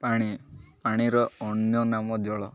ପାଣି ପାଣିର ଅନ୍ୟ ନାମ ଜଳ